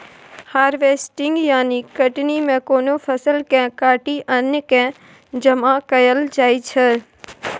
harvesting यानी कटनी मे कोनो फसल केँ काटि अन्न केँ जमा कएल जाइ छै